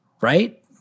right